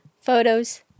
photos